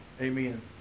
Amen